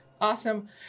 Awesome